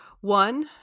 One